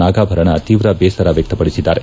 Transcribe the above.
ನಾಗಾಭರಣ ತೀವ್ರ ಬೇಸರ ವ್ಯಕ್ತಪಡಿಸಿದ್ದಾರೆ